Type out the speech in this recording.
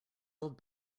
old